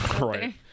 right